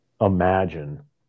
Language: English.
imagine